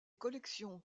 collections